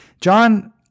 John